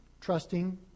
trusting